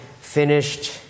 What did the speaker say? finished